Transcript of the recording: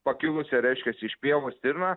pakilusią reiškias iš pievos stirną